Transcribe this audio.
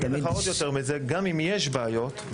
גם אם יש בעיות,